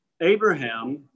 Abraham